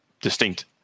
distinct